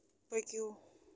پٔکِو